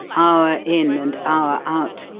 hour in and hour out,